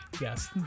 Yes